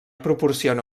proporciona